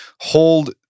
hold